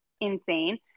insane